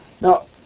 Now